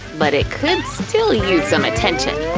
but it could still use some attention.